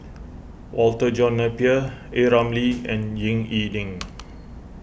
Walter John Napier A Ramli and Ying E Ding